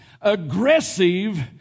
aggressive